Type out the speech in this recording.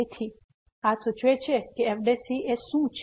તેથી આ સૂચવે છે કે આ fc શું છે